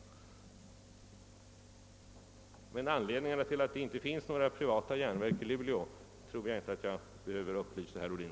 Men om anledningarna till att det inte finns några privata järnverk i Luleå tror jag inte jag behöver upplysa herr Ohlin.